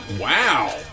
Wow